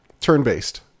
Turn-based